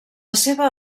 seva